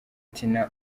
tina